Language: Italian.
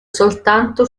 soltanto